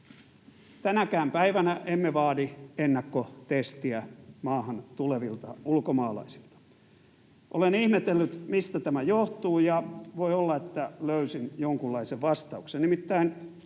Tänäkään päivänä emme vaadi ennakkotestiä maahan tulevilta ulkomaalaisilta. Olen ihmetellyt, mistä tämä johtuu, ja voi olla, että löysin jonkunlaisen vastauksen.